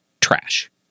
trash